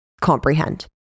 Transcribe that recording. comprehend